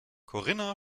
corinna